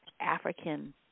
African